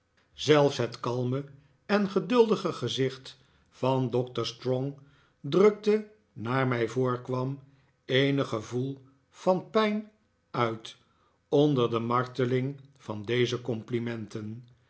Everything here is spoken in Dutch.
zelfs het kalme en geduldige gezicht van doctor strong drukte naar mij voorkwam eenig gevoel van pijn uit onder de marteling van deze complimenten